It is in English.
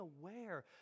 aware